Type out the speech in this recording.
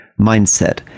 mindset